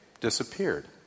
disappeared